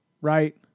right